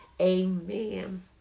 amen